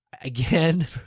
Again